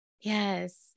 Yes